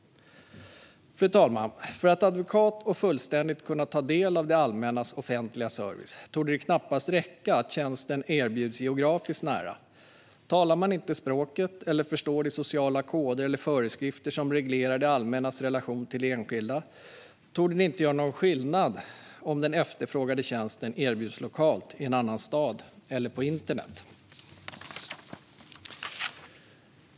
Fru talman! För att man adekvat och fullständigt ska kunna ta del av det allmännas offentliga service torde det knappast räcka att tjänsten erbjuds geografiskt nära. Talar man inte språket eller förstår de sociala koder eller föreskrifter som reglerar det allmännas relation till enskilda torde det inte göra någon skillnad om den efterfrågade tjänsten erbjuds lokalt, i en annan stad eller på internet.